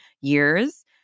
years